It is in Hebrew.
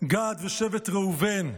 גד ולשבט ראובן: